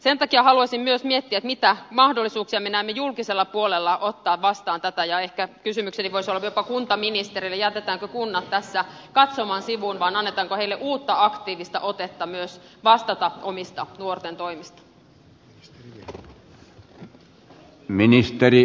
sen takia haluaisin myös miettiä mitä mahdollisuuksia me näemme julkisella puolella ottaa vastaan tätä ja ehkä kysymykseni voisi olla jopa kuntaministerille jätetäänkö kunnat tässä katsomaan sivuun vai annetaanko heille uutta aktiivista otetta myös vastata omista nuorten toimista